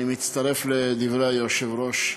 אני מצטרף לדברי היושב-ראש,